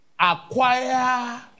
Acquire